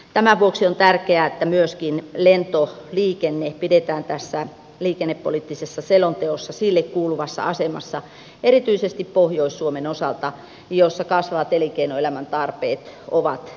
tämä vuosi on tärkeää että myöskin lento liikenne pidetään tässä liikennepoliittisessa selonteossa sille kuuluvassa asemassa erityisesti pohjois suomen osalta jossa kasvaa elinkeinoelämän tarpeet ovat